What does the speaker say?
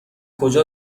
کجا